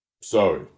sorry